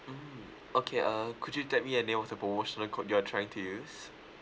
mm okay uh could you tell me the name of the promotional code you're trying to use